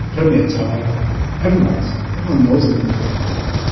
permeates our life here. everyone's. everyone knows it in the back of their mind.